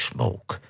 Smoke